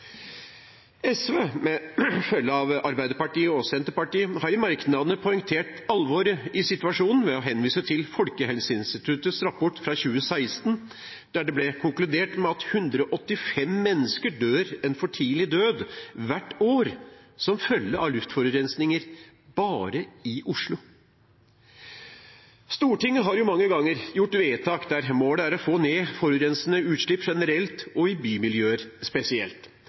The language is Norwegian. SV, med følge av Arbeiderpartiet og Senterpartiet, har i merknadene poengtert alvoret i situasjonen ved å henvise til Folkehelseinstituttets rapport fra 2016, der det ble konkludert med at det bare i Oslo hvert år er 185 mennesker som dør en for tidlig død som følge av luftforurensning. Stortinget har mange ganger gjort vedtak der målet er å få ned forurensende utslipp generelt og i bymiljøer spesielt